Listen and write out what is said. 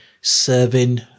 serving